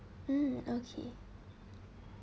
um okay